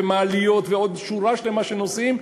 מעליות ועוד שורה שלמה של נושאים,